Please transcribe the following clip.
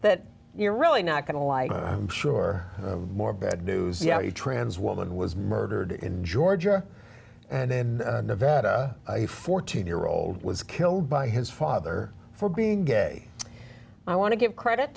that you're really not going to like i'm sure more bad news yeah a trans woman who was murdered in georgia and in nevada a fourteen year old was killed by his father for being gay i want to give credit